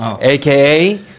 aka